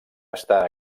està